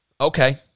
Okay